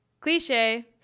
cliche